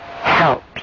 help